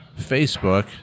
Facebook